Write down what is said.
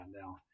now